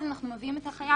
אז אנחנו מביאים את החייב,